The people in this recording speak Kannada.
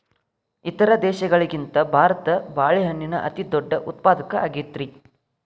ಇತರ ದೇಶಗಳಿಗಿಂತ ಭಾರತ ಬಾಳೆಹಣ್ಣಿನ ಅತಿದೊಡ್ಡ ಉತ್ಪಾದಕ ಆಗೈತ್ರಿ